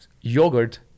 yogurt